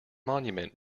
monument